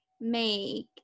make